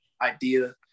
idea